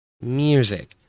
Music